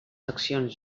accions